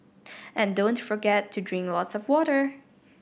and don't forget to drink lots of water